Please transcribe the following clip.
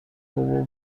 خوب